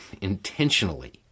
intentionally